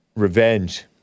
Revenge